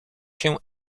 się